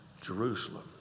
Jerusalem